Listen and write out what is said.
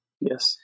Yes